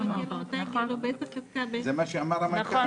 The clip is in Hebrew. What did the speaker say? זה מה שאמר המנכ"ל.